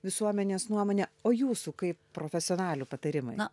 visuomenės nuomonę o jūsų kaip profesionalių patarimai